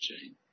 Jane